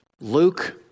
Luke